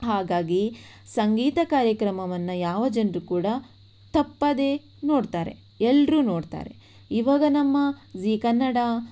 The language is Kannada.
ಹಾಗಾಗಿ ಸಂಗೀತ ಕಾರ್ಯಕ್ರಮವನ್ನು ಯಾವ ಜನರು ಕೂಡ ತಪ್ಪದೆ ನೋಡ್ತಾರೆ ಎಲ್ಲರೂ ನೋಡ್ತಾರೆ ಈವಾಗ ನಮ್ಮ ಜೀ ಕನ್ನಡ